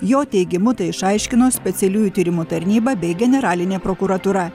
jo teigimu tai išaiškino specialiųjų tyrimų tarnyba bei generalinė prokuratūra